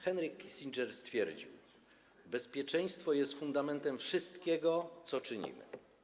Henry Kissinger stwierdził: Bezpieczeństwo jest fundamentem wszystkiego, co czynimy.